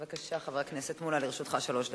בבקשה, חבר הכנסת מולה, לרשותך שלוש דקות.